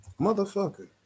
Motherfucker